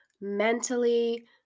Mentally